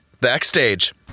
backstage